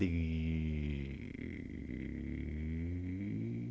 the